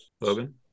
Logan